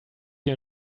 you